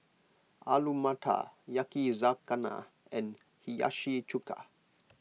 Alu Matar Yakizakana and Hiyashi Chuka